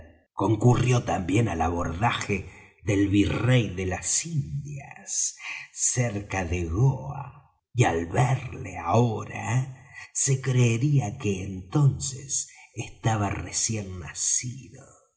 concurrió también al abordaje del virrey de las indias cerca de goa y al verle ahora se creería que entonces estaba recién nacido